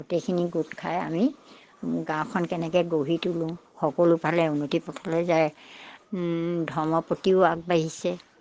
গোটেইখিনি গোট খাই আমি গাঁওখন কেনেকৈ গঢ়ি তোলো সকলোফালে উন্নতি পথলৈ যায় ধৰ্মৰ প্ৰতিও আগবাঢ়িছে